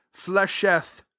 Flesheth